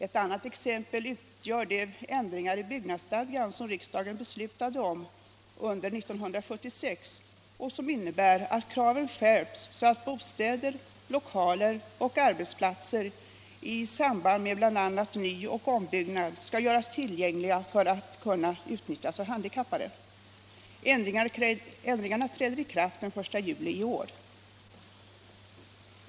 Ett annat exempel utgör de ändringar i byggnadsstadgan som riksdagen beslutade om under 1976 och som innebär att kraven skärps så att bostäder, lokaler och arbetsplatser i samband med bl.a. nyoch ombyggnad skall göras tillgängliga för att kunna utnyttjas av handikappade. Ändringarna träder i kraft den 1 juli i år.